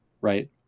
right